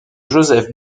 joseph